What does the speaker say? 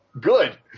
good